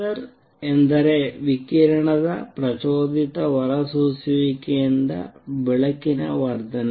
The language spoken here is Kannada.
ಲೇಸರ್ ಎಂದರೆ ವಿಕಿರಣದ ಪ್ರಚೋದಿತ ಹೊರಸೂಸುವಿಕೆಯಿಂದ ಬೆಳಕಿನ ವರ್ಧನೆ